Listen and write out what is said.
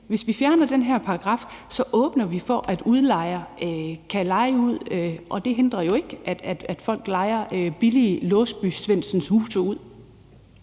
Hvis vi fjerner den her paragraf, åbner vi for, at udlejer kan leje ud, og det hindrer jo ikke, at folk lejer billige Låsby-Svendsen-huse ud.